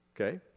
Okay